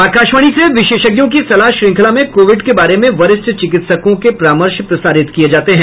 आकाशवाणी से विशेषज्ञों की सलाह श्रृंखला में कोविड के बारे में वरिष्ठ चिकित्सकों के परामर्श प्रसारित किये जाते हैं